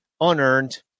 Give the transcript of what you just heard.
unearned